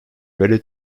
ready